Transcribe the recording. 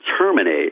terminate